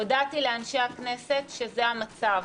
הודעתי לאנשי הכנסת שזה המצב.